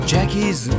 Jackie's